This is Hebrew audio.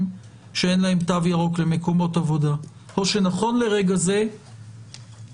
שאין להם תו ירוק למקומות עבודה או שנכון לרגע זה לא?